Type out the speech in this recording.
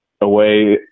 away